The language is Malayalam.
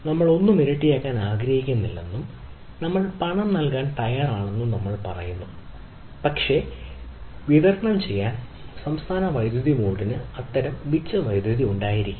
നമ്മൾ ഒന്നും ഇരട്ടിയാക്കാൻ ആഗ്രഹിക്കുന്നില്ലെന്നും നമ്മൾ പണം നൽകാൻ തയ്യാറാണെന്നും നമ്മൾ പറയുന്നു പക്ഷേ വിതരണം ചെയ്യാൻ സംസ്ഥാന വൈദ്യുതി ബോർഡിന് അത്തരം മിച്ച വൈദ്യുതി ഉണ്ടായിരിക്കില്ല